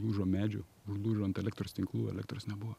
lūžo medžių užlūžo ant elektros tinklų elektros nebuvo